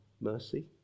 mercy